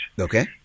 Okay